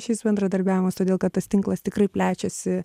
šis bendradarbiavimas todėl kad tas tinklas tikrai plečiasi